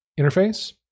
interface